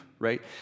right